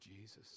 Jesus